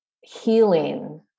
healing